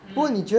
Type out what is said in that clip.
mm